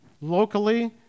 locally